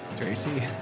Tracy